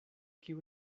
kiu